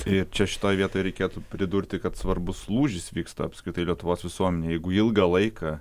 ir čia šitoj vietoj reikėtų pridurti kad svarbus lūžis vyksta apskritai lietuvos visuomenėj jeigu ilgą laiką